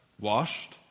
washed